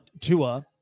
Tua